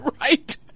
Right